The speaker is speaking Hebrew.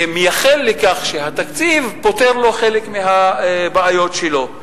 ומייחל לכך שהתקציב יפתור לו חלק מהבעיות שלו.